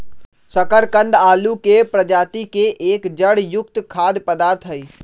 शकरकंद आलू के प्रजाति के एक जड़ युक्त खाद्य पदार्थ हई